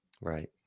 Right